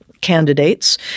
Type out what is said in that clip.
candidates